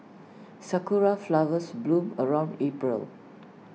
Sakura Flowers bloom around April